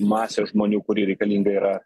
masė žmonių kuri reikalinga yra